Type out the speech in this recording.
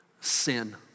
sin